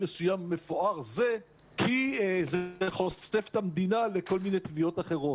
מפואר זה כי זה חושף את המדינה לכל מיני תביעות אחרות.